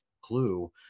clue